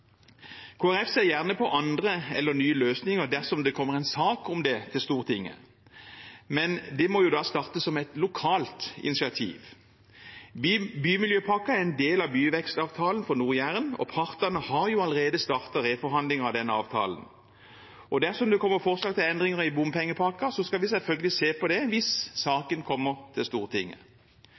ser gjerne på andre eller nye løsninger dersom det kommer en sak om det til Stortinget, men det må da starte som et lokalt initiativ. Bymiljøpakken er en del av byvekstavtalen for Nord-Jæren, og partene har allerede startet reforhandling av denne avtalen. Dersom det kommer forslag til endringer i bompengepakken, skal vi selvfølgelig se på det, hvis saken kommer til Stortinget.